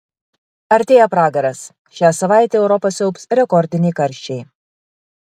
artėja pragaras šią savaitę europą siaubs rekordiniai karščiai